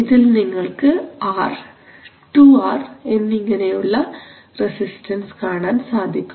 ഇതിൽ നിങ്ങൾക്ക് R two R എന്നിങ്ങനെയുള്ള റെസിസ്റ്റൻസസ് കാണാൻ സാധിക്കും